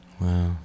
Wow